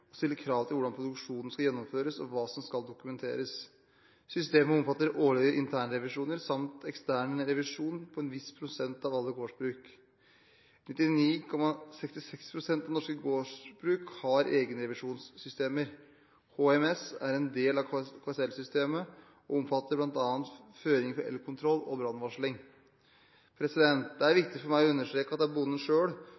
krav til hvordan produksjonen skal gjennomføres og hva som skal dokumenteres. Systemet omfatter årlige internrevisjoner samt ekstern revisjon på en viss prosent av alle gårdsbruk. 99,66 pst. av norske gårdsbruk har egenrevisjonssystemer. HMS er en del av KSL-systemet og omfatter bl.a. føringer for elkontroll og brannvarsling. Det er viktig for meg å understreke at det er